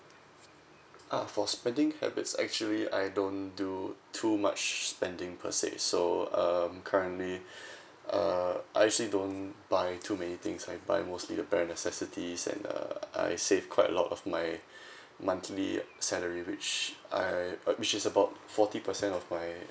uh for spending habits actually I don't do too much spending per se so um currently uh I actually don't buy too many things I buy mostly the bare necessities and uh I save quite a lot of my monthly salary which I uh which is about forty percent of my